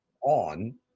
on